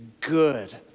good